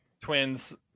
twins